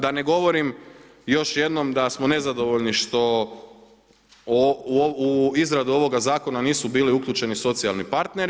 Da ne govorim još jednom da smo nezadovoljni što u izradu ovoga Zakona nisu bili uključeni socijalni partneri.